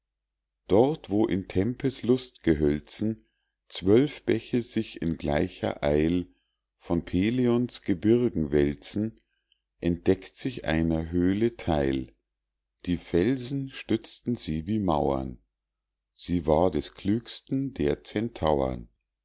dort wo in tempe's lustgehölzen zwölf bäche sich in gleicher eil von pelions gebirgen wälzen entdeckt sich einer höhle theil die felsen stützten sie wie mauern sie war des klügsten der